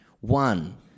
One